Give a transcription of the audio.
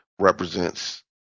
represents